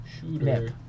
shooter